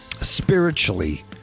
spiritually